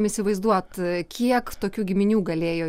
įsivaizduot kiek tokių giminių galėjo